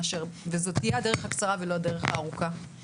וזו תהיה הדרך הקצרה ולא הדרך הארוכה.